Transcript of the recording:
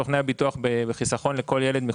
סוכני הביטוח בחיסכון לכל ילד,